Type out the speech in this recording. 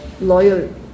loyal